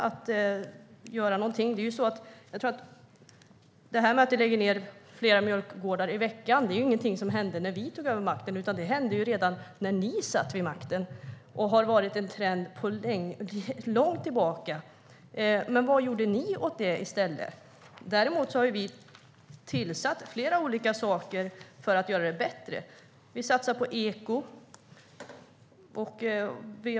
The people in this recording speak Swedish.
Att flera mjölkgårdar i veckan läggs ned var inte något som hände när vi tog över makten, utan det hände redan när ni satt vid makten, Åsa Coenraads. Det har varit en trend sedan långt tillbaka, men vad gjorde ni åt det? Vi har tillsatt flera olika saker för att göra det bättre. Vi satsar på eko.